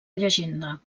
llegenda